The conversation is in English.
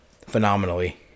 phenomenally